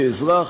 כאזרח: